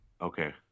Okay